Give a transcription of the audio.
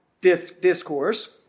discourse